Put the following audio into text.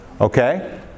okay